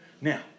Now